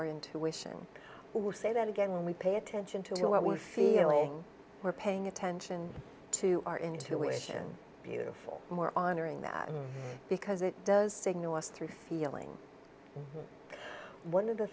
our intuition will say that again we pay attention to what we're feeling we're paying attention to our intuition beautiful more honoring that because it does signal us through feeling one of the